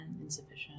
insufficient